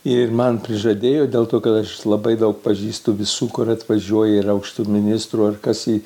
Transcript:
ir man prižadėjo dėl to kad aš labai daug pažįstu visų kur atvažiuoja ir aukštų ministrų ar kas į